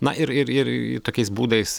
na ir ir ir tokiais būdais